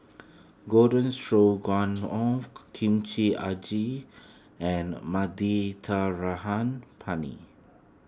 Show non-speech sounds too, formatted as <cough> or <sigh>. Garden Stroganoff <unintelligible> Kimchi Agi and <unintelligible> Penne